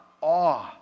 awe